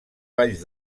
valls